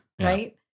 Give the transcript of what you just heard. Right